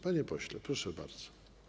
Panie pośle, proszę bardzo.